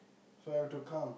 so I have to come